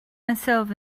myself